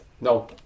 no